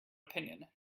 opinion